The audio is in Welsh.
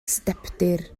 stepdir